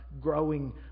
growing